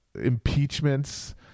impeachments